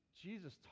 Jesus